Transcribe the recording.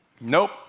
Nope